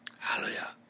Hallelujah